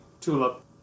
Tulip